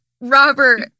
Robert